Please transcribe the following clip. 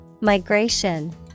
Migration